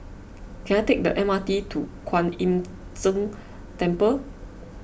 can I take the M R T to Kwan Im Tng Temple